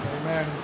Amen